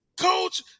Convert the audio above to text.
coach